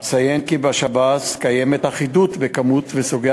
אציין כי בשב"ס קיימת אחידות בכמות ובסוגי